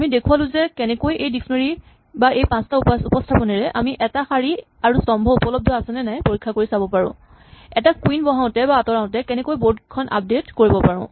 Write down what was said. আমি দেখুৱালো যে কেনেকৈ এই ডিক্সনেৰী বা এই পাঁচটা উপস্হাপনেৰে আমি এটা শাৰী আৰু স্তম্ভ উপলব্ধ আছেনে নাই পৰীক্ষা কৰিব পাৰো এটা কুইন বহাওতে বা আঁতৰাওতে কেনেকৈ এখন বৰ্ড আপডেট কৰিব পাৰো